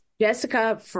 Jessica